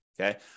Okay